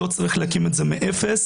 לא צריך להקים את זה מאפס,